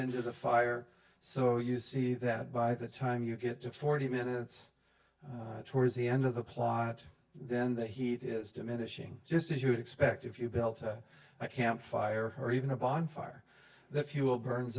into the fire so you see that by the time you get to forty minutes towards the end of the plot then the heat is diminishing just as you would expect if you built a campfire or even a bonfire that fuel burns